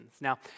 Now